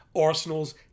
Arsenal's